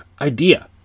Idea